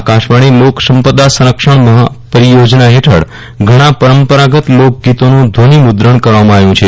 આકાશવાણી લોકસંપદા સંરક્ષણ મહાપરિયોજના હેઠળ ઘણા પરંપરાગત લોકગીતોનું ધ્વનિયુદ્રણ કરવામાં આવ્યું છે